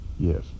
Yes